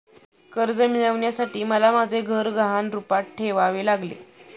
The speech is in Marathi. कर्ज मिळवण्यासाठी मला माझे घर गहाण रूपात ठेवावे लागले